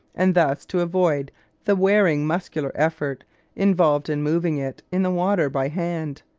and thus to avoid the wearing muscular effort involved in moving it in the water by hand.